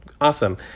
awesome